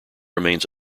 remains